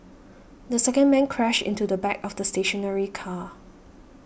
the second man crashed into the back of the stationary car